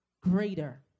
greater